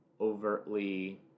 overtly